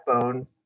phone